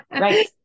Right